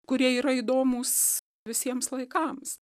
kurie yra įdomūs visiems laikams